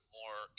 more